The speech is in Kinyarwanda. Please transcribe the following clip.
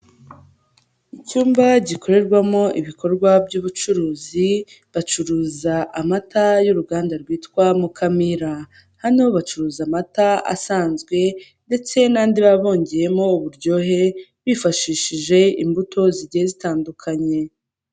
Icyumba gikorerwamo ibikorwa by'ubucuruzi, bacuruza amata y'uruganda rwitwa Mukamira. Hano bacuruza amata asanzwe ndetse n'andi baba bongeyemo uburyohe, bifashishije imbuto zigiye zitandukanye.